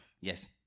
Yes